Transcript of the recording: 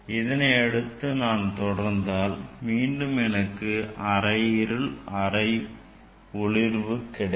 இதனை அடுத்து நான் தொடர்ந்தால் மீண்டும் எனக்கு அரை இருள் மற்றும் அரை ஒளிர்வு கிடைக்கும்